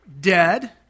dead